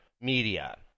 media